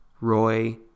Roy